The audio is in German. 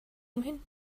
umhin